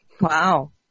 Wow